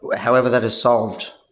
however that is solved,